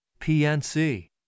PNC